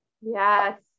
yes